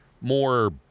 more